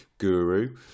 Guru